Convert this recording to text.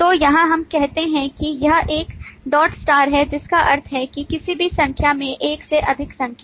तो यहां हम कहते हैं कि यह 1 डॉट स्टार है जिसका अर्थ है कि किसी भी संख्या में एक से अधिक संख्या